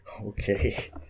Okay